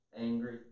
angry